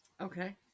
okay